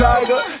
Tiger